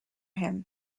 him